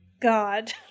god